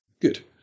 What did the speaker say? Good